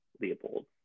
Leopold